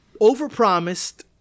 overpromised